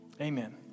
Amen